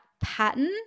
pattern